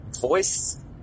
Voice